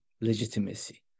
legitimacy